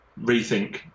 rethink